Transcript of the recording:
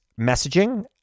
messaging